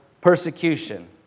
persecution